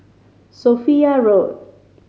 Sophia Road